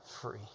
free